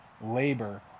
labor